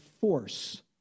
force